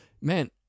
Man